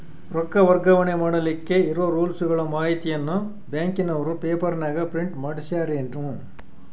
ರೊಕ್ಕ ವರ್ಗಾವಣೆ ಮಾಡಿಲಿಕ್ಕೆ ಇರೋ ರೂಲ್ಸುಗಳ ಮಾಹಿತಿಯನ್ನ ಬ್ಯಾಂಕಿನವರು ಪೇಪರನಾಗ ಪ್ರಿಂಟ್ ಮಾಡಿಸ್ಯಾರೇನು?